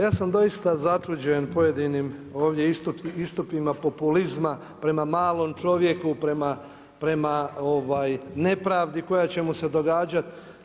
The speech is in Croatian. Ja sam doista začuđen pojedinim ovdje istupima populizma prema malom čovjeku, prema nepravdi koja će mu se događati.